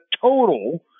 total